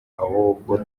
ahubwo